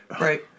Right